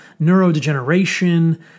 neurodegeneration